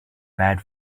bad